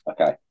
Okay